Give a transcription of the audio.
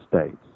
states